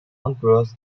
angles